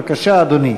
בבקשה, אדוני.